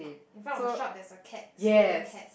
in front of the shop there's a cat sleeping cat